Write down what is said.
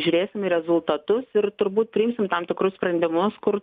mes žiūrėsim į rezultatus ir turbūt priimsim tam tikrus sprendimus kur